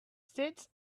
sits